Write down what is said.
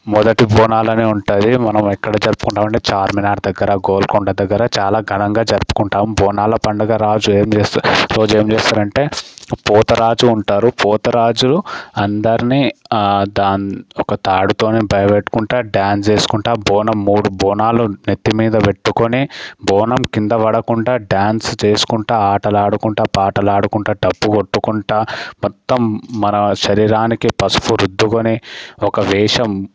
మొదటి బోనాలనే ఉంటుంది మనం ఎక్కడ జరుపుకుంటామంటే చార్మినార్ దగ్గర గోల్కొండ దగ్గర చాలా ఘనంగా జరుపుకుంటాం బోనాల పండుగ రజు ఏం చేస్తారు అంటే ఒక పోతురాజు ఉంటారు పోతురాజు అందరినీ దాన్ని ఒక తాడుతోని భయపెట్టుకుంటూ డ్యాన్స్ చేసుకుంటూ బోనం మూడు బోనాలు నెత్తి మీద పెట్టుకొని బోనం కింద పడకుండా డ్యాన్స్ చేసుకుంటూ ఆటలాడుకుంటూ పాటలాడుకుంటూ డప్పు కొట్టుకుంటూ మొత్తం మన శరీరానికి పసుపు రుద్దుకొని ఒక వేషం